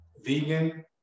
vegan